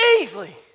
easily